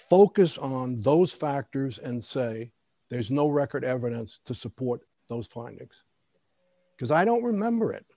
focus on those factors and say there's no record evidence to support those tonics because i don't remember it